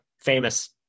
famous